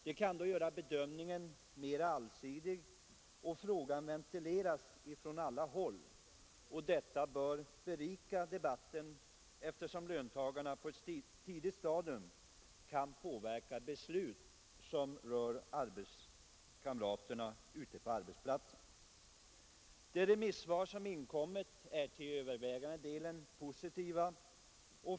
Det kan göra bedömningen mera allsidig, och frågan kan ventileras från alla håll. Detta bör berika debatten eftersom löntagarna redan på ett tidigt stadium kan påverka beslut som berör arbetskamraterna ute på arbetsplatserna. De remissvar som inkommit är till övervägande delen positiva.